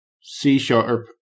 C-sharp